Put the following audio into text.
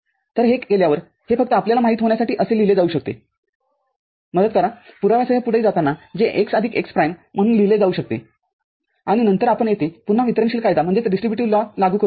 तर हे केल्यावर हे फक्त आपल्याला माहित होण्यासाठी असे लिहिले जाऊ शकतेमदत करा पुराव्यासह पुढे जाताना जे x आदिक x प्राईम म्हणून लिहिले जाऊ शकते आणि नंतर आपण येथे पुन्हा वितरणशील कायदा लागू करू शकता